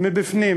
מבפנים